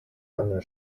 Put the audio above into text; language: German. einer